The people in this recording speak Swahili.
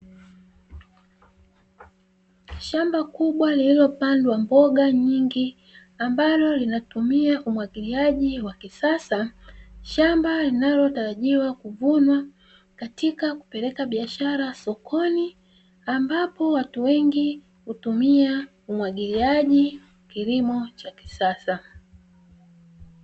Shamba kubwa lililopandwa mboga nyingi, ambalo linatumia umwagiliaji wa kisasa. Shamba linalotarajiwa kuvunwa katika kupeleka biashara sokoni, ambapo watu wengi hutumia umwagiliaji; kilimo cha kisasa.